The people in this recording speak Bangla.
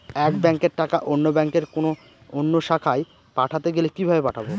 এক ব্যাংকের টাকা অন্য ব্যাংকের কোন অন্য শাখায় পাঠাতে গেলে কিভাবে পাঠাবো?